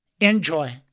Enjoy